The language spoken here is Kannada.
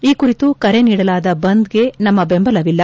ಈ ಕುರಿತು ಕರೆ ನೀಡಲಾದ ಬಂದ್ಗೆ ನಮ್ನ ಬೆಂಬಲವಿಲ್ಲ